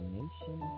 nation